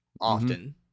often